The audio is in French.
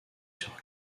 sur